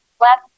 last